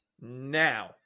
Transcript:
now